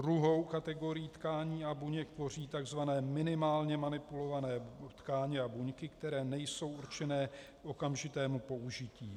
Druhou kategorii tkání a buněk tvoří tzv. minimálně manipulované tkáně a buňky, které nejsou určené k okamžitému použití.